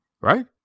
right